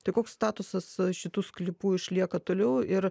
tai koks statusas šitų sklypų išlieka toliau ir